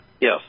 Yes